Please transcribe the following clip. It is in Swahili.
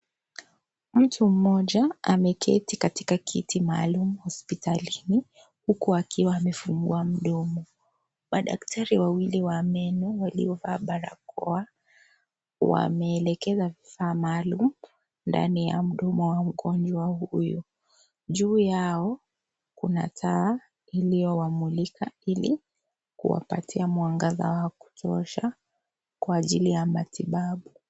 Mtu mmoja ameketi katika kiti maalum hospitalini huku akiwa amefungua mdomo. Madaktari wawili wa meno waliovaa barakoa wameelekeza vifaa maalum ndani ya mdomo wa mgonjwa huyu . Juu yao kuna taa iliyowamulika ili kuwapatia mwangaza wa kutosha kwa ajili ya matibabu.